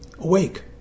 awake